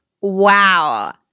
wow